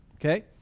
Okay